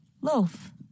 Loaf